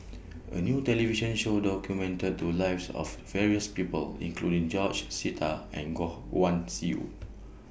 A New television Show documented to Lives of various People including George Sita and Goh Guan Siew